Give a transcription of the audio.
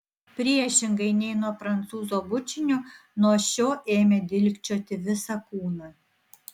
priešingai nei nuo prancūzo bučinio nuo šio ėmė dilgčioti visą kūną